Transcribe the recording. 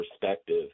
perspective